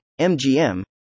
MGM